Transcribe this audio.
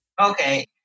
Okay